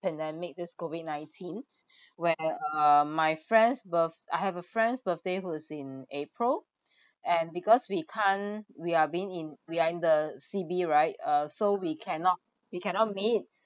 pandemic this COVID-nineteen when uh my friend's birth~ I have a friend's birthday who is in april and because we can't we are been in we are in the C_B right uh so we cannot you cannot meet